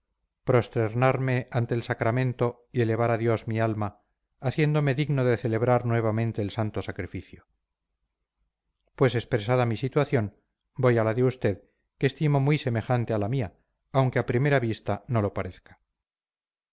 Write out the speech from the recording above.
prosternarme ante el sacramento y elevar a dios mi alma haciéndome digno de celebrar nuevamente el santo sacrificio pues expresada mi situación voy a la de usted que estimo muy semejante a la mía aunque a primera vista no lo parezca